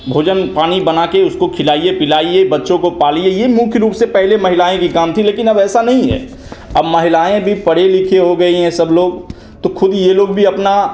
भोजन पानी बनाकर उसको खिलाइए पिलाइए बच्चों को पालिए यह मुख्य रूप से पहले महिलाएँ की काम थी लेकिन अब ऐसा नहीं है अब महिलाएँ भी पढ़ी लिखी हो गई हैं सब लोग तो खुद यह लोग भी अपना